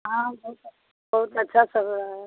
हाँ बहुत अच्छा चल रहा है